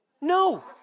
No